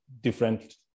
different